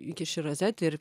įkiši į rozetę ir